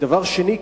דבר שני,